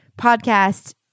podcast